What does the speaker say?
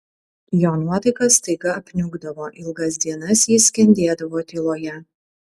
jo nuotaika staiga apniukdavo ilgas dienas jis skendėdavo tyloje